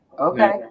okay